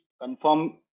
confirm